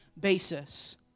basis